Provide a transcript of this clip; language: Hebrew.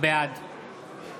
בעד